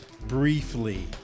Briefly